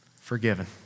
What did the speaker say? forgiven